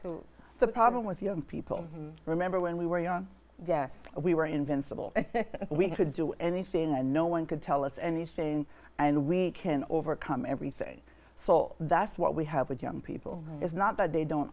so the problem with young people remember when we were young yes we were invincible we could do anything and no one could tell us anything and we can overcome everything so that's what we have with young people is not that they don't